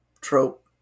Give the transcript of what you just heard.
trope